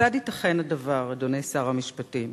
כיצד ייתכן הדבר, אדוני שר המשפטים,